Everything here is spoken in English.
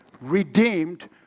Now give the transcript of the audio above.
redeemed